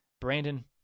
Brandon